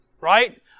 Right